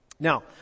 Now